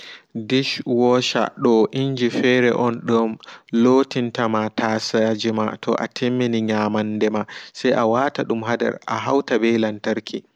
Dishwasher dum do inji fere on dum lotintama taasaje ma toa timmini nyamandema se awata dum ha nder a hauta be lantarki.